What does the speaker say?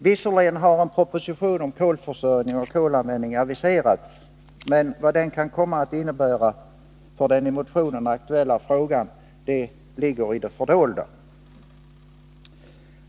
Visserligen har en proposition om kolförsörjning och kolanvändning aviserats, men vad den kan komma att innebära för den i motionen aktuella frågan ligger i det fördolda.